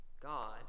God